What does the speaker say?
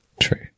True